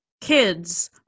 kids